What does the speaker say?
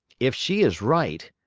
if she is right,